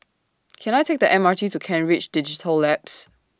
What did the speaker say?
Can I Take The M R T to Kent Ridge Digital Labs